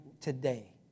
today